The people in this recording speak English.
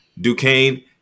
Duquesne